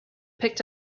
picked